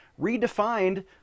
redefined